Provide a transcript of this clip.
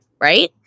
Right